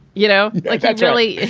you know, like that generally.